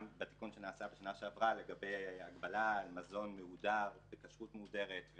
גם בתיקון שנעשה בשנה שעברה לגבי הגבלה על מזון מהודר בכשרות מהודרת,